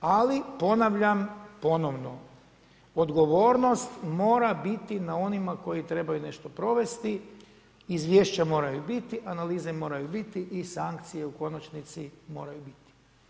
Ali ponavljam ponovno, odgovornost mora biti na onima koji trebaju nešto provesti, izvješća moraju biti, analize moraju biti i sankcije u konačnici moraju biti.